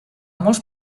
molts